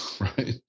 right